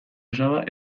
osaba